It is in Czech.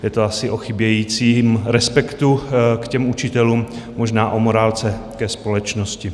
Je to asi o chybějícím respektu k učitelům, možná o morálce ve společnosti.